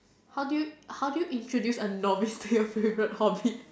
how do you how do you introduce a novice to your favourite hobby